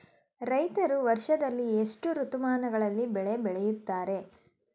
ರೈತರು ವರ್ಷದಲ್ಲಿ ಎಷ್ಟು ಋತುಮಾನಗಳಲ್ಲಿ ಬೆಳೆ ಬೆಳೆಯುತ್ತಾರೆ?